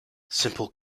simple